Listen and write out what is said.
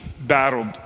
battled